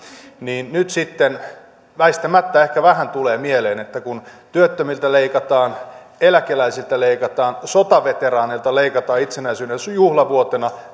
niin nyt sitten väistämättä vähän tulee mieleen että kun työttömiltä leikataan eläkeläisiltä leikataan sotaveteraaneilta leikataan itsenäisyyden juhlavuotena